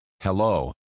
Hello